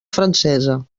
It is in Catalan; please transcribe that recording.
francesa